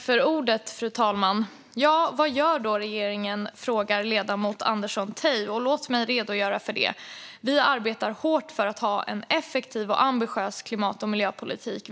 Fru talman! Vad gör då regeringen? frågar ledamoten Andersson Tay. Låt mig redogöra för det. Vi arbetar hårt för att ha en effektiv och ambitiös klimat och miljöpolitik.